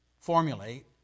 formulate